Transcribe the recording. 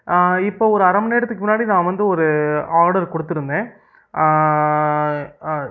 இப்போ ஒரு அரைமண்நேரத்துக்கு முன்னாடி நான் வந்து ஒரு ஆடர் கொடுத்துருந்தேன்